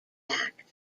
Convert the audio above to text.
act